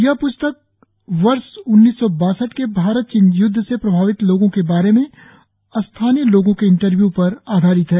यह प्स्तक वर्ष उन्नीस सौ बासठ के भारत चीन युद्ध से प्रभावित लोगों के बारे में स्थानीय लोगों के इंटरव्यू पर आधारित है